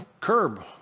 curb